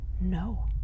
No